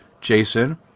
Jason